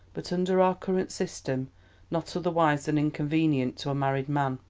but under our current system not otherwise than inconvenient to a married man.